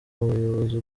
buyobozi